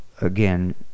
again